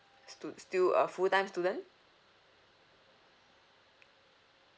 stu~ still a full time student